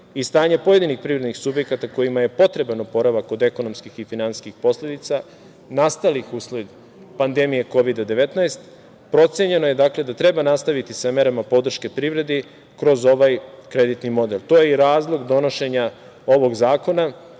i stanja pojedinih privrednih subjekata kojima je potreban oporavak od ekonomskih i finansijskih posledica nastalih usled pandemije Kovida 19, procenjeno je da treba nastaviti sa merama podrške privredi kroz ovaj kreditni model. To je i razlog donošenja ovog zakona